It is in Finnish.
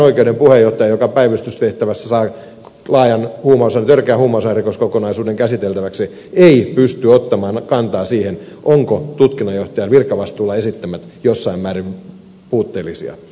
yksikään oikeuden puheenjohtaja joka päivystystehtävässä saa laajan törkeän huumausainerikoskokonaisuuden käsiteltäväksi ei pysty ottamaan kantaa siihen ovatko tutkinnanjohtajan virkavastuulla esittämät tiedot jossain määrin puutteellisia